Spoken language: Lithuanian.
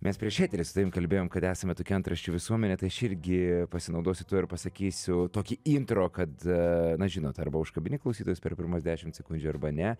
mes prieš eterį su tavim kalbėjom kad esame tokie antraščių visuomenė tai aš irgi pasinaudosiu tuo ir pasakysiu tokį intro kad na žinot arba užkabini klausytojus per pirmas dešimt sekundžių arba ne